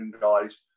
guys